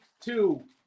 two